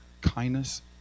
kindness